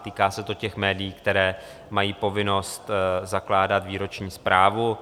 Týká se to těch médií, která mají povinnost zakládat výroční zprávu.